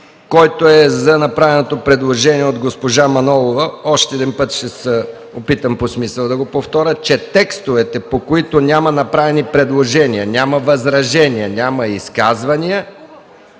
който е за направеното предложение от госпожа Манолова, още веднъж ще се опитам по смисъл да го повторя, че текстовете, по които няма направени предложения, няма възражения, няма изказвания